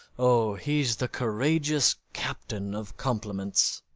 o, he's the courageous captain of compliments.